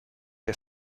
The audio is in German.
der